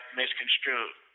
misconstrued